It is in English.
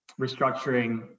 restructuring